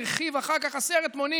הרחיב אחר כך עשרת מונים